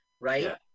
right